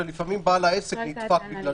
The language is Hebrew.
ולפעמים בעל העסק נדפק בגלל זה,